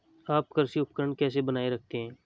आप कृषि उपकरण कैसे बनाए रखते हैं?